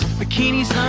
bikinis